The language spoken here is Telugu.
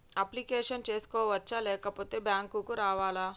అప్లికేషన్ చేసుకోవచ్చా లేకపోతే బ్యాంకు రావాలా?